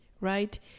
right